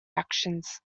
actions